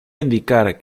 indicar